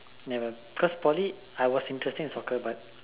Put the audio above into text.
never because poly I was interested in soccer but